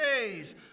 days